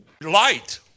light